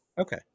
Okay